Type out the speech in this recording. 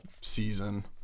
season